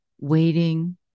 waiting